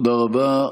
תודה רבה.